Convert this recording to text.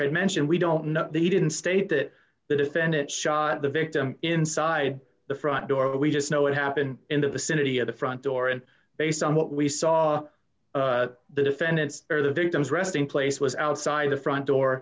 ray mentioned we don't know they didn't state that the defendant shot the victim inside the front door we just know it happened in the vicinity of the front door and based on what we saw the defendants or the victim's resting place was outside the front door